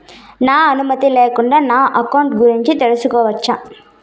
నా అనుమతి లేకుండా నా అకౌంట్ గురించి తెలుసుకొనొచ్చా?